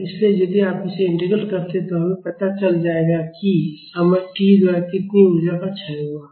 इसलिए यदि आप इसे इंटीग्रल करते हैं तो हमें पता चल जाएगा कि समय t द्वारा कितनी ऊर्जा का क्षय हुआ है